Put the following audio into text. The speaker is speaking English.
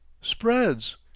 Spreads